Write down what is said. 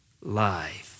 life